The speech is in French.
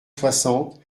soixante